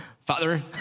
Father